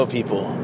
people